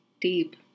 deep